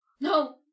No